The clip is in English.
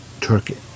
Turkey